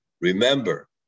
Remember